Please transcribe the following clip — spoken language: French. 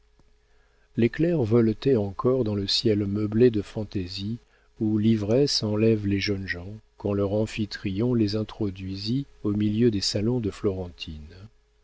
clercs voletaient encore dans le ciel meublé de fantaisies où l'ivresse enlève les jeunes gens quand leur amphitryon les introduisit au milieu des salons de florentine